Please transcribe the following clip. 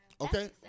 Okay